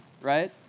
right